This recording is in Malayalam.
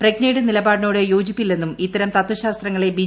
പ്രജ്ഞയുടെ നിലപാടിനോട് യോജിപ്പില്ലെന്നും ഇത്തരം തത്വശാസ്ത്രങ്ങളെ ബി